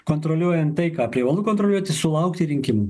kontroliuojant tai ką privalu kontroliuoti sulaukti rinkimų